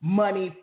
money